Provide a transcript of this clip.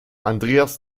andreas